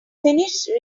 finished